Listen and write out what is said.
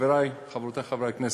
חברי וחברותי חברי הכנסת,